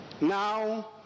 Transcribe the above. Now